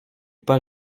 pas